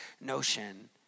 notion